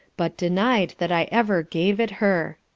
but denied that i ever gave it her.